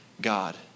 God